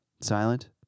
silent